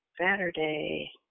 Saturday